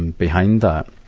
and behind that.